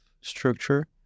structure